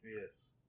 Yes